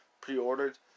pre-ordered